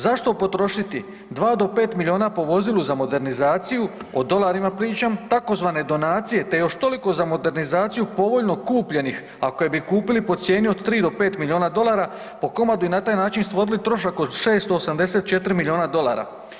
Zašto potrošiti 2 do 5 milijuna po vozilu za modernizaciju, o dolarima pričam, tzv. donacije te još toliko za modernizacija povoljno kupljenih a koje bi kupili po cijeni od 3 do 5 milijuna po komadu i na taj način stvorili trošak od 684 milijuna dolara?